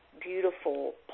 beautiful